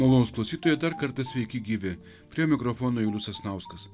malonūs klausytojai dar kartą sveiki gyvi prie mikrofono julius sasnauskas